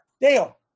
Dale